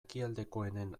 ekialdekoenen